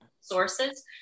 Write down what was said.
sources